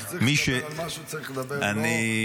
כשצריך לדבר על משהו צריך לא לדבר בסיסמאות.